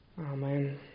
Amen